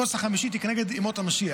הכוס החמישית היא כנגד ימות המשיח,